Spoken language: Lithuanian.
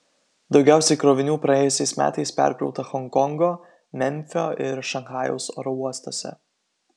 daugiausiai krovinių praėjusiais metais perkrauta honkongo memfio ir šanchajaus oro uostuose